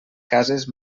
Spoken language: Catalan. cases